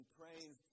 praying